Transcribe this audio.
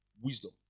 wisdom